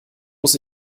muss